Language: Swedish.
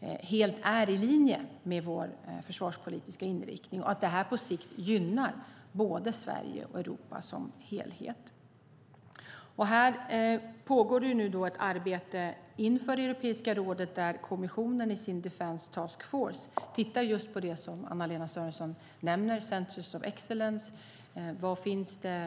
är helt i linje med vår försvarspolitiska inriktning och att det på sikt gynnar både Sverige och Europa som helhet. Det pågår ett arbete inför Europeiska rådet där kommissionen i sin Defense Task Force tittar just på det Anna-Lena Sörenson nämner, centers of excellence.